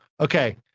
okay